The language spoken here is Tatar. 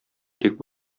тик